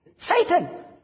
Satan